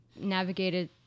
navigated